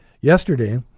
yesterday